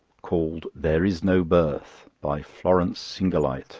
called there is no birth, by florence singleyet.